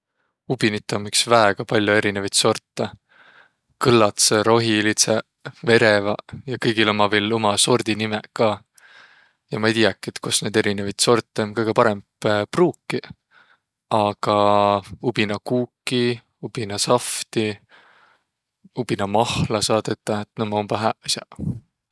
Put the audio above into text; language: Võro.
Ubinit om iks väega pall'o erinevit sortõ. Kõlladsõq, rohilidsõq, vereväq ja kõigil ummaq viil uma sordi nimeq ka. Ja maq ei tiiäkiq, et kos naid erinevit sortõ om kõgõ parõmb pruukiq. Aga ubinakuuki, ubinasahvti, ubinamahla saa tetäq, et näq ummaq umbõlõ hääq as'aq.